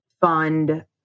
fund